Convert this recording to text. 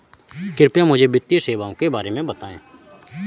कृपया मुझे वित्तीय सेवाओं के बारे में बताएँ?